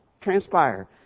transpire